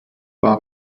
war